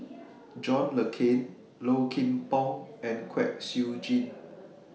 John Le Cain Low Kim Pong and Kwek Siew Jin